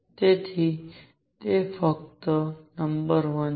તેથી તે હકીકત નંબર વન છે